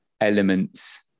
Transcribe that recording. elements